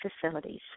facilities